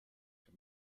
from